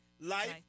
Life